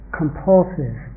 compulsive